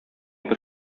бер